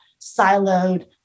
siloed